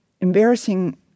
embarrassing